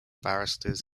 barristers